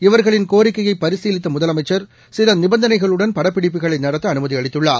இவர்களின் கோரிக்கையைபரிசீலித்தமுதலமைச்சர் சிலநிபந்தனைகளுடன் படப்பிடிப்புகளைநடத்தஅனுமதிஅளித்துள்ளார்